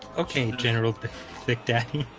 okay general vick daddy